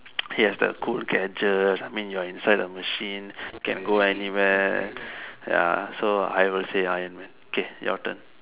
he has the cool gadgets I mean you're inside the machine you can go anywhere ya so I will say Iron-man k your turn